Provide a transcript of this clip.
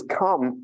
come